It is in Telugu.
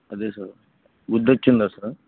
అదే సార్ గుర్తొచ్చిందా సార్